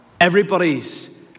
everybody's